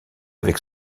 avec